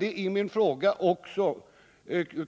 I min fråga krävde